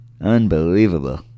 Unbelievable